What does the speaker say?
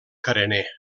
carener